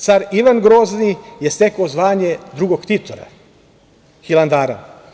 Car Ivan Grozni je stekao zvanje drugog ktitora Hilandara.